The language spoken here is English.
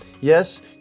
Yes